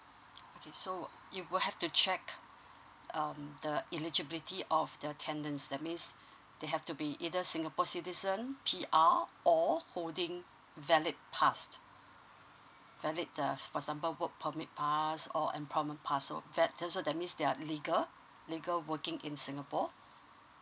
okay so you will have to check um the eligibility of the tenants that means they have to be either singapore citizen P_R or holding valid pass valid the for example work permit pass or employment pass so that's also that means they are legal legal working in singapore